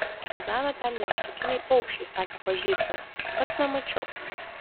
gyvena ten nykštukiniai paukščiai sakė pažįstami pats nemačiau